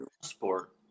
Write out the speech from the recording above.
sport